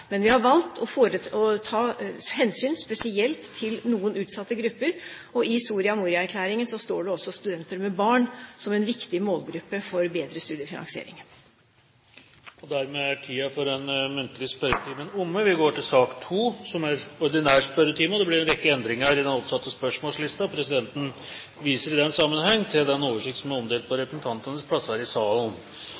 Men vi har valgt å ta hensyn spesielt til noen utsatte grupper. I Soria Moria-erklæringen står det at studenter med barn er en viktig målgruppe for bedre studiefinansiering. Dermed er den muntlige spørretimen omme. Det blir en rekke endringer i den oppsatte spørsmålslisten, og presidenten viser i den sammenheng til den oversikt som er omdelt på